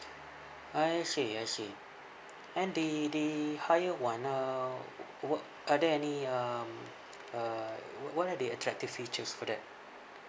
I see I see and the the higher one uh what are there any um uh what are the attractive features for that